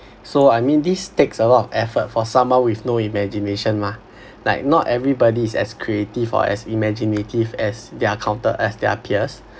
so I mean this takes a lot of effort for someone with no imagination mah like not everybody is as creative or as imaginative as their counter~ as their peers